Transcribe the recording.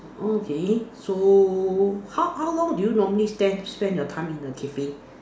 okay so how how long do you normally spend spend your time in a cafe